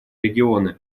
регионы